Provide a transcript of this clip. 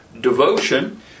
devotion